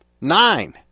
nine